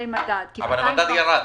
המדד ירד.